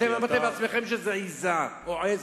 אמרתם בעצמכם שזו עזה או עז,